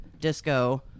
disco